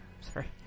Sorry